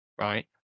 Right